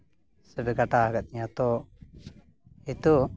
ᱥᱮᱯᱮ ᱠᱟᱴᱟᱣ ᱟᱠᱟᱫ ᱛᱤᱧᱟᱹ ᱛᱳ ᱦᱤᱛᱳᱜ